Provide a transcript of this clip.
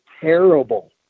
terrible